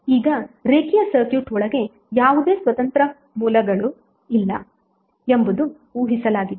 ಈಗ ರೇಖೀಯ ಸರ್ಕ್ಯೂಟ್ ಒಳಗೆ ಯಾವುದೇ ಸ್ವತಂತ್ರ ಮೂಲಗಳಿಲ್ಲ ಎಂಬುದು ಊಹಿಸಲಾಗಿದೆ